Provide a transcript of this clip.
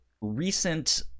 recent